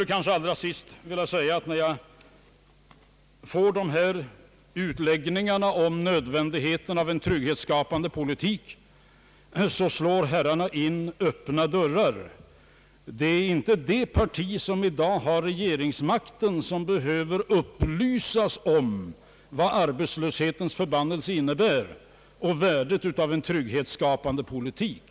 Jag skulle till sist vilja säga, när jag hör dessa utläggningar om nödvändigheten av en trygghetsskapande politik, att herrarna slår in öppna dörrar. Det är inte det parti, som i dag har regeringsmakten, som behöver upplysas om vad arbetslöshetens förbannelse innebär och om värdet av en trygghetsskapande politik.